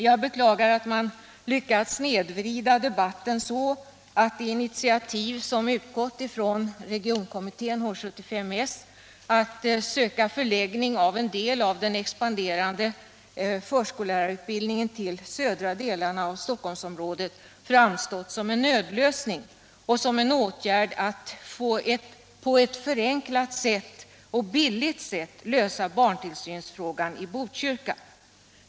Jag beklagar att man lyckats snedvrida debatten så att det initiativ som utgått från regionkommittén H 75 S att söka förläggning av en del av den expanderande förskollärarutbildningen till södra delarna av Stockholmsområdet har framstått som en nödlösning och som en åtgärd för att på ett förenklat och billigt sätt lösa barntillsynsproblemet i Botkyrka.